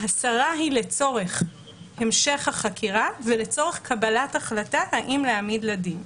ההסרה היא לצורך המשך החקירה ולצורך קבלת החלטה האם להעמיד לדין.